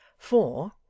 for,